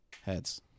Heads